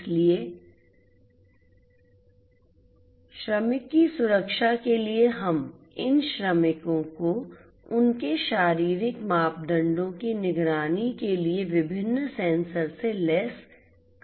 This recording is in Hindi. इसलिए श्रमिक की सुरक्षा के लिए हम इन श्रमिकों को उनके शारीरिक मापदंडों की निगरानी के लिए विभिन्न सेंसर से लैस कर सकते हैं